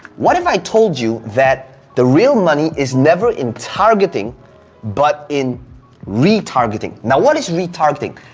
what if i told you that the real money is never in targeting but in retargeting? now what is retargeting?